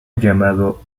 llamado